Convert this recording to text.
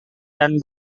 dan